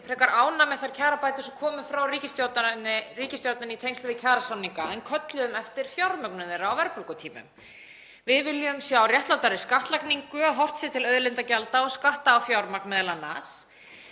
frekar ánægð með þær kjarabætur sem komu frá ríkisstjórninni í tengslum við kjarasamninga en kölluðum eftir fjármögnun þeirra á verðbólgutímum. Við viljum sjá réttlátari skattlagningu, að horft sé til auðlindagjalds og skatta á fjármagn m.a.,